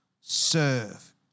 serve